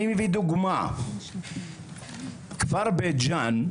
אני מביא דוגמה, כפר בית ג'אן,